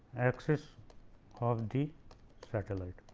axis of the satellite.